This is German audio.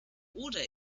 oder